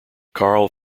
carl